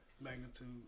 magnitude